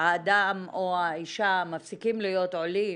האדם או האישה מפסיקים להיות עולים